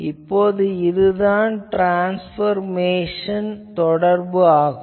இப்போது இதுதான் ட்ரான்ஸ்பர்மேஷன் தொடர்பு ஆகும்